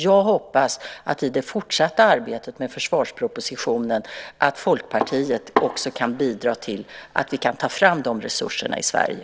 I det fortsatta arbetet med försvarspropositionen hoppas jag att också Folkpartiet kan bidra till att vi kan ta fram de resurserna i Sverige.